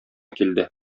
килде